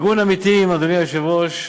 ארגון "עמיתים", אדוני היושב-ראש,